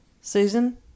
Susan